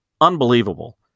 unbelievable